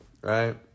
Right